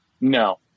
No